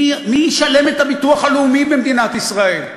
מי ישלם את הביטוח הלאומי במדינת ישראל?